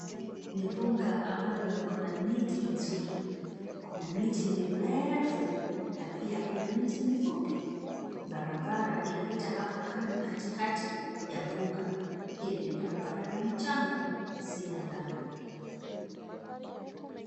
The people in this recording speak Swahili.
Ni mbuga ambalo likona miti mizuri. Kuna miti mirefu na pia kuna miti mifupi. Barabara inapita hapo katikati ya mbuga. Hili ni barabara la mchanga si ya lami.